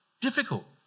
difficult